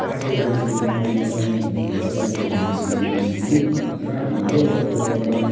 पार्टीबाजीमा अलि जान्नेहरूले चाहिँ अब हेरेको छैन अहिलेसम्म र हाम्रो अब एउटा